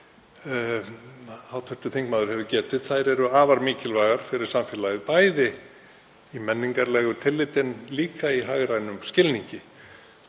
sem hv. þingmaður hefur getið afar mikilvægar fyrir samfélagið, bæði í menningarlegu tilliti og líka í hagrænum skilningi.